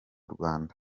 rwanda